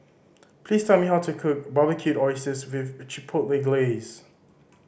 please tell me how to cook Barbecued Oysters with Chipotle Glaze